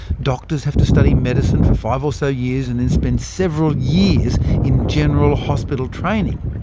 doctors have to study medicine for five or so years, and then spend several years in general hospital training.